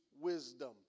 wisdom